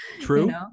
True